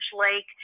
lake